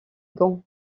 gand